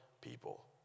people